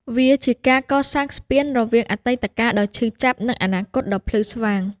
វាជាការកសាងស្ពានរវាងអតីតកាលដ៏ឈឺចាប់ និងអនាគតដ៏ភ្លឺស្វាង។